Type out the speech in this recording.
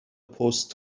پست